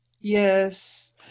yes